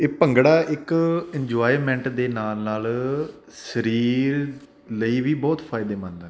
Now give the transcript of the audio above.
ਇਹ ਭੰਗੜਾ ਇੱਕ ਇੰਜੋਇਮੈਂਟ ਦੇ ਨਾਲ ਨਾਲ ਸਰੀਰ ਲਈ ਵੀ ਬਹੁਤ ਫਾਇਦੇਮੰਦ ਹੈ